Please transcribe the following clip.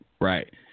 Right